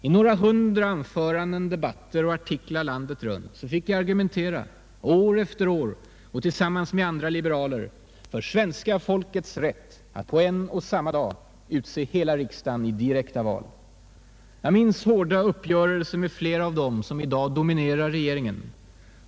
I några hundra anföranden, debatter och artiklar landet runt fick jag argumentera, år efter år och tillsammans med andra liberaler, för svenska folkets rätt att på en och samma dag utse hela riksdagen i direkta val. Jag minns hårda uppgörelser med flera av dem som i dag dominerar regeringen.